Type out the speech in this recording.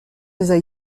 les